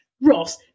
Ross